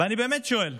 ואני באמת שואל,